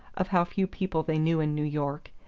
of how few people they knew in new york,